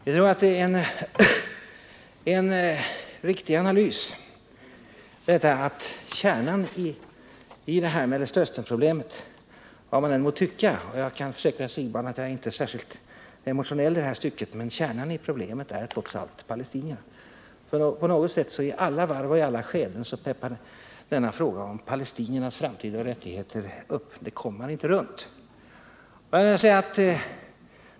Vi tror att det är en riktig analys att kärnan i Mellanösternproblemet, vad man än må tycka — och jag kan försäkra herr Siegbahn att jag inte är särskilt emotionell i detta stycke — trots allt är palestinierna. I alla omgångar och skeden dyker frågan om palestiniernas framtida rättigheter upp. Man kommer inte runt detta problem.